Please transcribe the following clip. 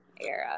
era